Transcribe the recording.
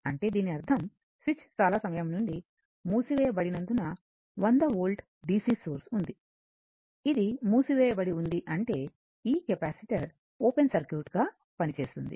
అంటే దీని అర్ధం స్విచ్ చాలా సమయం నుండి మూసివేయబడినందున 100 వోల్ట్ DC సోర్స్ ఉంది ఇది మూసి వేయబడి ఉంది అంటే ఈ కెపాసిటర్ ఓపెన్ సర్క్యూట్గా పనిచేస్తుంది